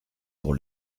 pour